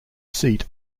seat